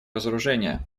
разоружения